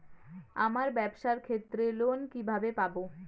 আমার ব্যবসার ক্ষেত্রে লোন কিভাবে পাব?